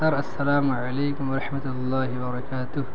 سر السلام علیکم و رحمتہ اللہ و برکاتہ